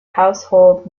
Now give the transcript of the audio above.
household